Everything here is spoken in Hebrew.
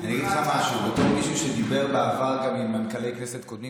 אני אגיד לך משהו: בתור מישהו שדיבר בעבר גם עם מנכ"לי הכנסת קודמים,